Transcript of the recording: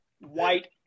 white